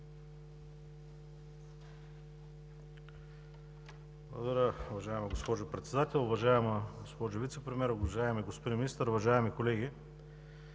България): Уважаема госпожо Председател, уважаема госпожо Вицепремиер, уважаеми господин Министър, уважаеми колеги!